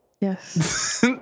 Yes